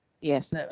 Yes